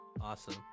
Awesome